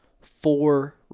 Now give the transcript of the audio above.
four